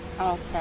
Okay